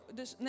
dus